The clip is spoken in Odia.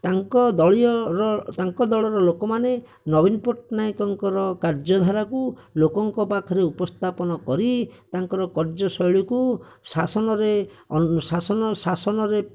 ତାଙ୍କ ଦଳୀୟର ତାଙ୍କ ଦଳର ଲୋକମାନେ ନବୀନ ପଟ୍ଟନାୟକଙ୍କର କାର୍ଯ୍ୟଧାରାକୁ ଲୋକଙ୍କ ପାଖରେ ଉପସ୍ଥାପନ କରି ତାଙ୍କର କାର୍ଯ୍ୟଶୈଳୀକୁ ଶାସନରେ ଶାସନ ଶାସନରେ